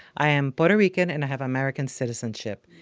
i am puerto rican, and i have american citizenship.